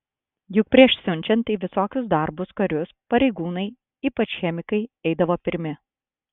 juk prieš siunčiant į visokius darbus karius pareigūnai ypač chemikai eidavo pirmi